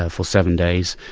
ah for seven days,